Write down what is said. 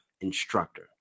instructor